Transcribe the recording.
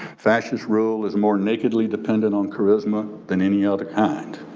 fascist rule is more nakedly dependent on charisma than any other kind.